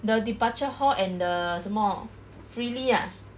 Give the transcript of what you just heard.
the departure hall and the 什么 freely ah